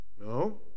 No